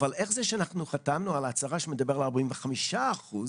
אבל איך זה שאנחנו חתמנו על הצהרה שמדברת על 45 אחוזים,